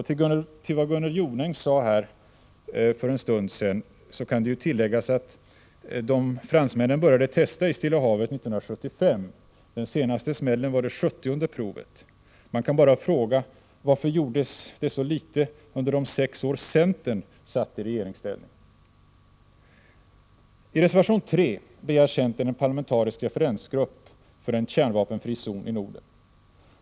Till vad Gunnel Jonäng sade här för en stund sedan kan tilläggas att fransmännen började testa i Stilla havet 1975. Den senaste smällen var det sjuttionde provet. Man kan bara fråga: Varför gjordes det så litet under de sex år då centern satt i regeringsställning? I reservation 3 begär centern en parlamentarisk referensgrupp för en kärnvapenfri zon i Norden.